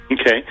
Okay